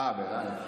אה, בלייב.